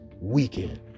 weekend